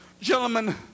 Gentlemen